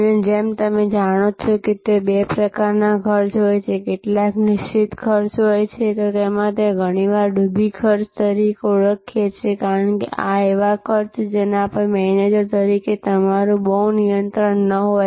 અને જેમ તમે જાણો છો ત્યાં બે પ્રકારના ખર્ચ હોય છે કેટલાક નિશ્ચિત ખર્ચ હોય છે અમે તેને ઘણીવાર ડૂબી ખર્ચ તરીકે ઓળખીએ છીએ કારણ કે આ એવા ખર્ચ છે કે જેના પર મેનેજર તરીકે તમારું બહુ નિયંત્રણ ન હોય